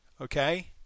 Okay